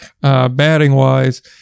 batting-wise